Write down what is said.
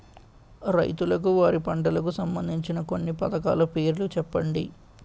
రైతులకు వారి పంటలకు సంబందించిన కొన్ని పథకాల పేర్లు చెప్పండి?